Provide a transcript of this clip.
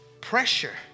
pressure